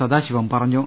സദാശിവം പറഞ്ഞു